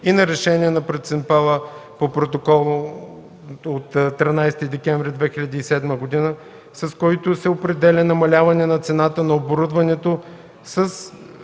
и на решение на принципала по протокол РД-21-531/13 декември 2007 г., с което се определя намаляване на цената на оборудването с